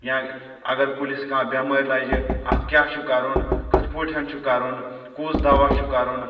یا اگر کُلِس کانٛہہ بؠمٲر لگہِ اَتھ کیاہ چھُ کرُن کِتھ پٲٹھۍ چھُ کَرُن کُس دوہ چھُ کَرُن